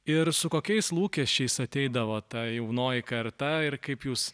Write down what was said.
ir su kokiais lūkesčiais ateidavo ta jaunoji karta ir kaip jūs